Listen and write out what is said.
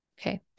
Okay